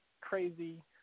crazy